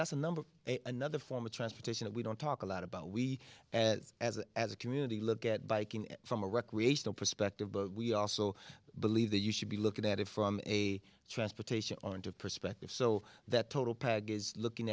that's a number another form of transportation we don't talk a lot about we as as a as a community look at biking from a recreational perspective but we also believe that you should be looking at it from a transportation of perspective so that total